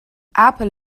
apen